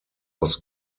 was